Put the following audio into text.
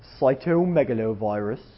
cytomegalovirus